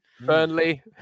Burnley